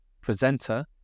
presenter